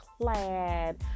clad